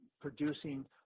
producing